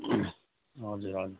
हजुर हजुर